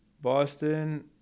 Boston